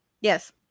Yes